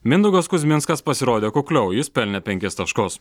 mindaugas kuzminskas pasirodė kukliau jis pelnė penkis taškus